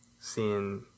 seeing